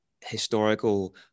historical